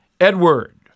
Edward